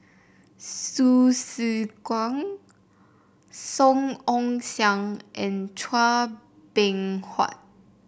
Hsu Tse Kwang Song Ong Siang and Chua Beng Huat